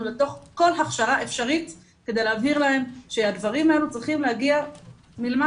לתוך כל הכשרה אפשרית כדי להבהיר להם שהדברים הללו צריכים להגיע מלמטה,